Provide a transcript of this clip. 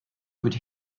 could